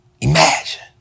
Imagine